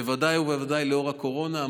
בוודאי ובוודאי לנוכח הקורונה.